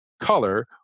color